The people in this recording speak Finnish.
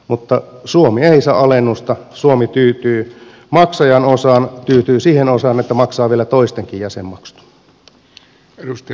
mutta suomi ei saa alennusta suomi tyytyy maksajan osaan tyytyy siihen osaan että maksaa vielä toistenkin jäsenmaksut